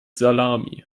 salami